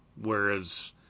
Whereas